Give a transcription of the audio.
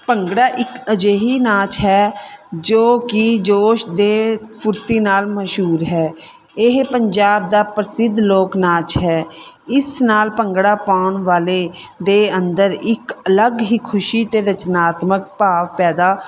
ਭੰਗੜਾ ਇੱਕ ਅਜਿਹਾ ਨਾਚ ਹੈ ਜੋ ਕਿ ਜੋਸ਼ ਦੇ ਫੁਰਤੀ ਨਾਲ ਮਸ਼ਹੂਰ ਹੈ ਇਹ ਪੰਜਾਬ ਦਾ ਪ੍ਰਸਿੱਧ ਲੋਕ ਨਾਚ ਹੈ ਇਸ ਨਾਲ ਭੰਗੜਾ ਪਾਉਣ ਵਾਲੇ ਦੇ ਅੰਦਰ ਇੱਕ ਅਲੱਗ ਹੀ ਖੁਸ਼ੀ ਅਤੇ ਰਚਨਾਤਮਕ ਭਾਵ ਪੈਦਾ